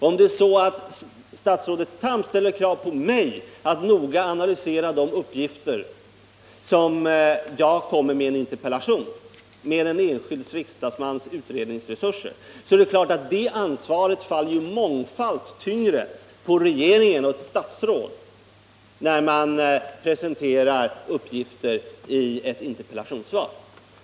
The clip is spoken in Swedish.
Om statsrådet Carl Tham ställer kravet på mig att — med en enskild riksdagsmans utredningsresurser — noga analysera de uppgifter jag kommer med i min interpellation, då är det klart att det ansvaret faller mångfalt tyngre på regeringen och ett statsråd när uppgifter presenteras i ett interpellationssvar.